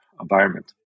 environment